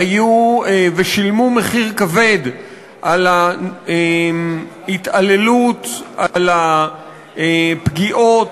היו ושילמו מחיר כבד על ההתעללות, על הפגיעות,